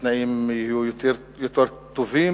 התנאים יהיו יותר טובים